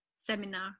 seminar